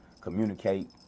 communicate